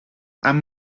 and